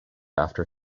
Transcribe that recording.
after